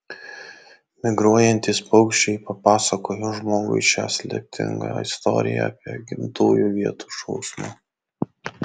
migruojantys paukščiai papasakojo žmogui šią slėpiningą istoriją apie gimtųjų vietų šauksmą